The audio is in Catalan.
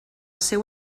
seu